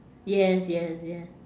yes yes yes